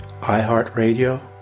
iHeartRadio